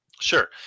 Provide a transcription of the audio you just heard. Sure